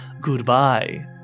Goodbye